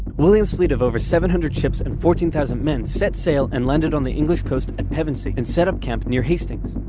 william's fleet of over seven hundred ships and fourteen thousand men set sail and landed on the english coast at and pevensey, and set up camp near hastings.